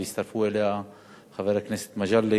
והצטרפו אליה חבר הכנסת מג'אדלה